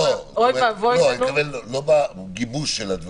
אוי ואבוי --- אני מתכוון לא בגיבוש של הדברים,